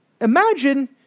imagine